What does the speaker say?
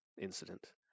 incident